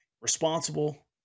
responsible